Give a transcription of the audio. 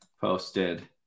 posted